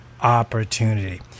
opportunity